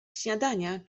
śniadania